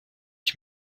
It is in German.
ich